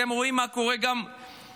אתם רואים מה קורה עם הסיוע.